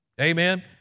Amen